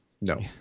no